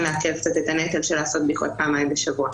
להקל קצת את הנטל של לעשות בדיקות פעמיים בשבוע.